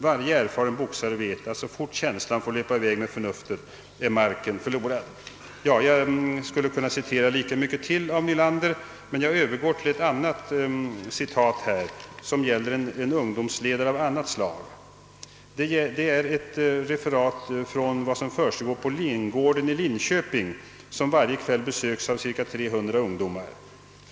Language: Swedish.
Varje erfaren boxare vet att så fort känslan får löpa i väg med förnuftet är matchen förlorad.» Jag skulle kunna citera lika mycket till av professor Nylander men jag övergår till ett annat citat som gäller en ungdomsledare av annat slag. Det är ett referat från vad som försiggår på Linggården i Linköping som varje kväll besöks av cirka 300 ungdomar.